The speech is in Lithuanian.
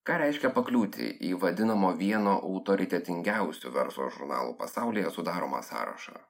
ką reiškia pakliūti į vadinamo vieno autoritetingiausių verslo žurnalų pasaulyje sudaromą sąrašą